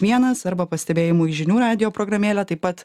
vienas arba pastebėjimui žinių radijo programėle taip pat